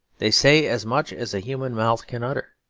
they say as much as human mouth can utter.